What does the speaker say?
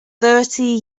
thirty